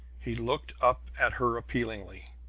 he looked up at her appealingly.